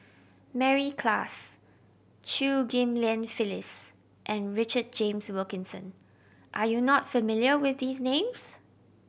Mary Klass Chew Ghim Lian Phyllis and Richard James Wilkinson are you not familiar with these names